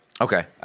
Okay